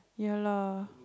ya lah